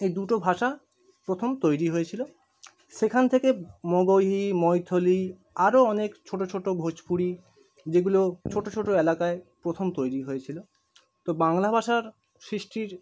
এই দুটো ভাষা প্রথম তৈরি হয়েছিলো সেখান থেকে মগহী মৈথলি আরো অনেক ছোটো ছোটো ভোজপুরি যেগুলো ছোটো ছোটো এলাকায় প্রথম তৈরি হয়েছিলো তো বাংলা ভাষার সৃষ্টির